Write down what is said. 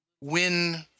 win